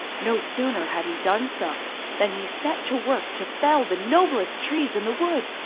no sooner had he done so than he set to work to fell the noblest trees in the wood.